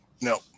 No